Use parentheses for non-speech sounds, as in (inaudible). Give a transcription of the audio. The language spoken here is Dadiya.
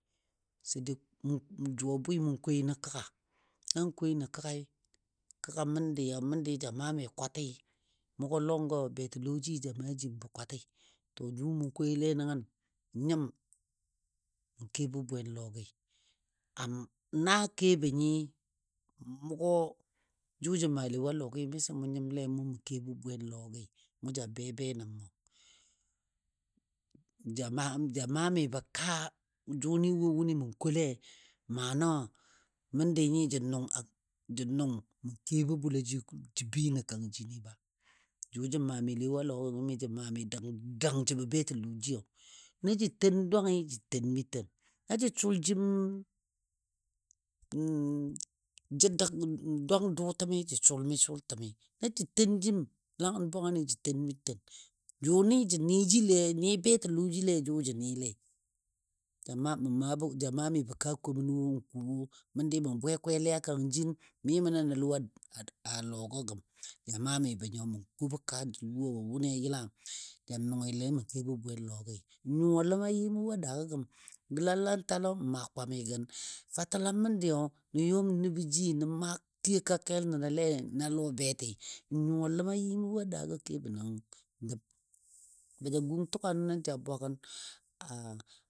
sai dai jʊ a bwɨ mou koi nən kəga, na n koi nən kəgai, kəga məndi a məndi ja maa mi kwatɨ, mʊgɔ lɔngɔ betəlɔji ja maa jimbo kwatɨ. to jʊ mou koile nəngən n nyɨm mə kebɔ bwen lɔgɨ (hesitation) na kebɔ nyɨ mʊgo jʊ jə maale wo a lɔgɨ miso mou mə kebɔ bwenlɔgɨ. Ja maa ja maa mibɔ kaa jʊnɨ wo wʊni mə kole mana məndi nyɨ jə nʊng mə kebɔ bwalaji jə bəi nə kang jini ba. Jʊ jə maa mile wo lɔgo gəmi jə maani dəng dəng jəbɔ betɔlɔjiyo, na jə ten dwangɨ, jə ten mi ten, na jə suljim (hesitation) dwang dʊtəmi jə sʊlmi sʊltəmi, na jə tenjim langən bwangəni jə ten mi ten. Jʊnɨ jə ni betɔlɔgilei jʊ jə nilei (hesitation) ja maa mibɔ kaa komən wo n kowo məndi mə bwe kwelɨ a kang jin mimə nə nəl wo (hesitation) a logɔ gəm. Ja maa mibo nyo mə kobɔ kaa jəl wʊnɨ a yəlam jə nʊngɨle mə kebo bwelɔgɨ. N nyuwa ləma nyimo wo a daa gəm, gəlalantalo n maa kwamigən, fatəlam məndiyo nən yɔm nəbo ji nə maa nə kiyoka keli nəno le na lɔ betɨ n nyuwa ləma yɨmo wo a daago kebo nən yɔm nəbo ji nə maa nə kiyoka keli nəno le na lɔ betɨ n nyuwa ləma yɨmo wo a daagɔ kebo nən (hesitation) baja gun tuga nən ja bwagən a.